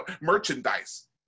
merchandise